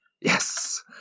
yes